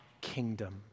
kingdom